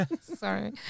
sorry